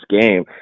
game